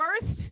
first